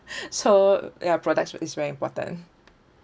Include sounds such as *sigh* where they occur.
*laughs* so ya products is very important